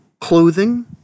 clothing